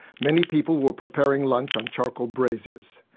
many people were preparing lunch on charcoal braziers.